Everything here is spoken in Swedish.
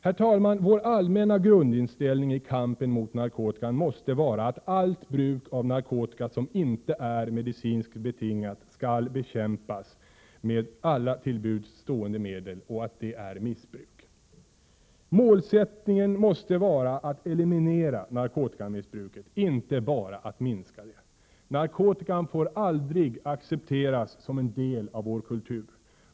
Herr talman! Vår allmänna grundinställning i kampen mot narkotikan måste vara att allt bruk av narkotika som inte är medicinskt betingat är missbruk som skall bekämpas med alla till buds stående medel. Målsättningen måste vara att eliminera narkotikamissbruket, inte bara att minska det. Narkotikan får aldrig accepteras som en del av vår kultur.